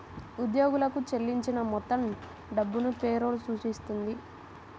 ఉద్యోగులకు చెల్లించిన మొత్తం డబ్బును పే రోల్ సూచిస్తుంది